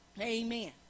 Amen